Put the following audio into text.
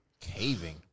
Caving